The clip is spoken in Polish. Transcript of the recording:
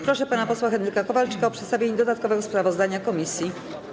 Proszę pana posła Henryka Kowalczyka o przedstawienie dodatkowego sprawozdania komisji.